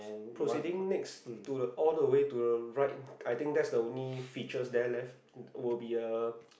proceeding next to the all the way to the right I think that's the only features there left will be a